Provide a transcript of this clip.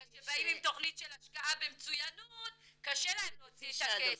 אבל כשבאים עם תכנית של השקעה במצוינות קשה להם להוציא את הכסף,